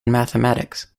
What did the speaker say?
mathematics